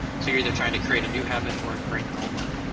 so you're either trying to create a new habit or to break an old one,